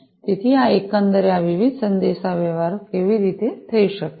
તેથી આ એકંદરે આ વિવિધ સંદેશાવ્યવહાર કેવી રીતે થઈ શકે છે